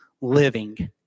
living